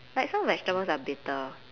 like some vegetables are bitter